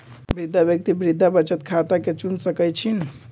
वृद्धा व्यक्ति वृद्धा बचत खता के चुन सकइ छिन्ह